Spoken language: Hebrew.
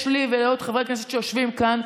יש לי ולעוד חברי כנסת שיושבים כאן,